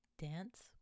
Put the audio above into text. dance